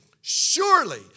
Surely